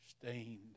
stained